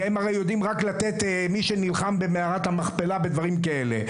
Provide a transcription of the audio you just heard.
כי הם הרי יודעים רק לתת למי שנלחם במערת המכפלה ודברים כאלה.